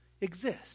exist